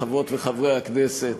חברות וחברי הכנסת,